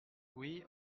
oui